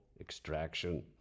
extraction